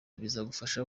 bizagufasha